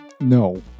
No